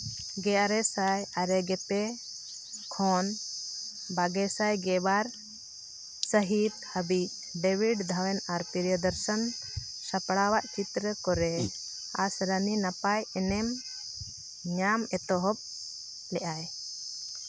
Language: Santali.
ᱜᱮ ᱟᱨᱮ ᱥᱟᱭ ᱟᱨᱮ ᱜᱮᱯᱮ ᱠᱷᱚᱱ ᱵᱟᱜᱮ ᱥᱟᱭ ᱜᱮᱵᱟᱨ ᱥᱟᱹᱦᱤᱛ ᱦᱟᱹᱵᱤᱡ ᱰᱮᱵᱤᱴ ᱫᱷᱟᱣᱮᱱ ᱟᱨ ᱯᱨᱤᱭᱳᱫᱚᱨᱥᱚᱱ ᱥᱟᱯᱲᱟᱣᱟᱜ ᱪᱤᱛᱨᱚ ᱠᱚᱨᱮᱫ ᱟᱥᱨᱟᱱᱤ ᱱᱟᱯᱟᱭ ᱮᱱᱮᱢ ᱧᱟᱢ ᱮᱛᱚᱦᱚᱵ ᱞᱮᱫ ᱟᱭ